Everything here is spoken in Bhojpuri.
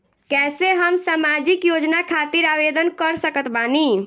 कैसे हम सामाजिक योजना खातिर आवेदन कर सकत बानी?